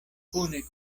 kune